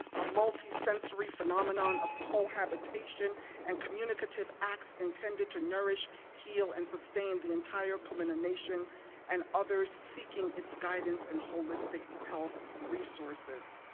a multi-sensory phenomenon of cohabitation and communicative acts intended to nourish, heal and sustain the entire kumina nation and others seeking its guidance and holistic health resources.